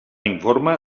informe